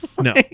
No